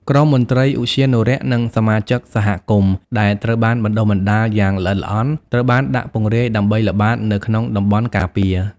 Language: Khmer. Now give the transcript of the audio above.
ក្រុមមន្ត្រីឧទ្យានុរក្ស និងសមាជិក សហគមន៍ ដែលត្រូវបានបណ្ដុះបណ្ដាលយ៉ាងល្អិតល្អន់ ត្រូវបានដាក់ពង្រាយដើម្បីល្បាតនៅក្នុងតំបន់ការពារ។